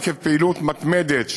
עקב פעילות מתמדת,